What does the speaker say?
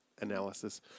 analysis